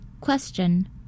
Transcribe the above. Question